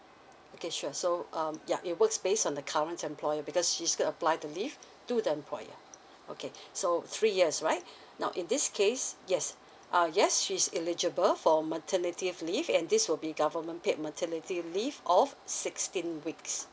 okay sure so um it works based on the current employer because she's still apply to leave to the employer okay so three years right now in this case yes uh yes she's eligible for maternity leave and this will be government paid maternity leave of sixteen weeks